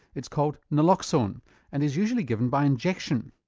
it's called naloxone and is usually given by injection.